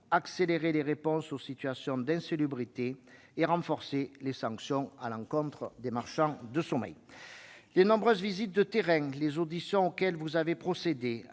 accélérer les réponses aux situations d'insalubrité et renforcer les sanctions à l'encontre des marchands de sommeil. Les nombreuses visites de terrain, ainsi que les auditions auxquelles vous avez procédé